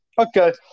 Okay